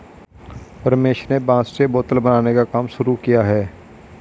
रमेश ने बांस से बोतल बनाने का काम शुरू किया है